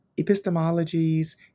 epistemologies